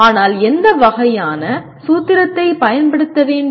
ஆனால் எந்த வகையான சூத்திரத்தைப் பயன்படுத்த வேண்டும்